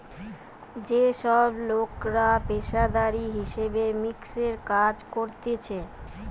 যে সব লোকরা পেশাদারি হিসাব মিক্সের কাজ করতিছে